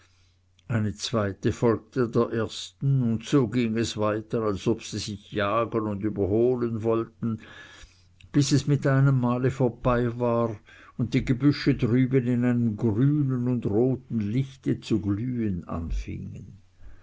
eine zweite folgte der ersten und so ging es weiter als ob sie sich jagen und überholen wollten bis es mit einem male vorbei war und die gebüsche drüben in einem grünen und roten lichte zu glühen anfingen